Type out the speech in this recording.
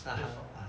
before